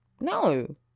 No